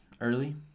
early